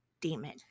demon